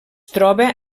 troba